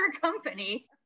company